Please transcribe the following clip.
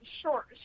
Sure